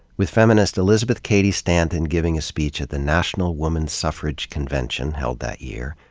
with feminist elizabeth cady stanton giving a speech at the national woman suffrage convention held that year.